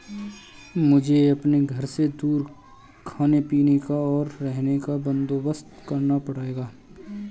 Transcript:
मुझे अपने घर से दूर खाने पीने का, और रहने का बंदोबस्त करना पड़ेगा